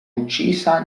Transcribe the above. uccisa